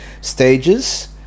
stages